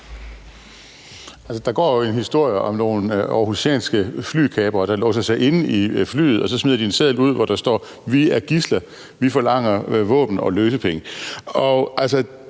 Der går jo en historie om nogle aarhusianske flykapere, der låser sig inde i flyet, og så smider de en seddel ud, hvorpå der står: Vi er gidsler, vi forlanger våben og løsepenge. Hvis